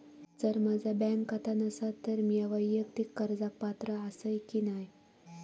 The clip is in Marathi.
जर माझा बँक खाता नसात तर मीया वैयक्तिक कर्जाक पात्र आसय की नाय?